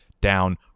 down